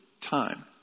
time